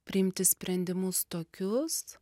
priimti sprendimus tokius